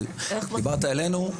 דיברת אלינו,